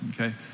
Okay